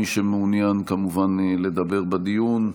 מי שמעוניין לדבר בדיון,